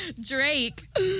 Drake